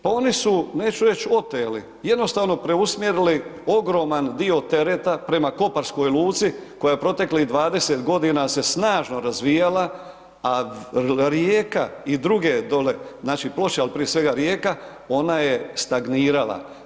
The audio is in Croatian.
Pa oni su neću reći oteli, jednostavno preusmjerili ogroman dio tereta prema koparskoj luci, koja proteklih 20 g. se snažno razvijala a Rijeka i druge dole, znači Ploče, ali prije svega Rijeka, ona je stagnirala.